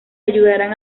ayudarán